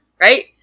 Right